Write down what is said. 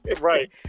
Right